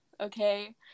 okay